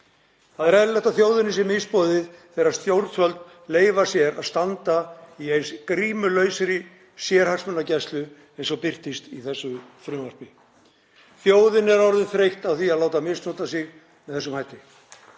Það er eðlilegt að þjóðinni sé misboðið þegar stjórnvöld leyfa sér að standa í eins grímulausri sérhagsmunagæslu og birtist í þessu frumvarpi. Þjóðin er orðin þreytt á því að láta misnota sig með þessum hætti.